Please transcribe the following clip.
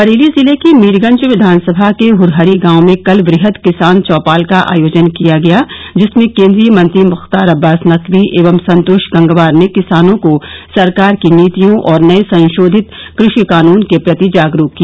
बरेली जिले के मीरगंज विधानसभा के हुरहरी गांव में कल वृहद किसान चौपाल का आयोजन किया गया जिसमें केंद्रीय मंत्री मुख्तार अब्बास नकवी एवं संतोष गंगवार ने किसानों को सरकार की नीतियों और नये संशोधित कृषि कानून के प्रति जागरूक किया